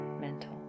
mental